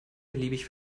beliebig